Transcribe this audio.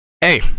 Hey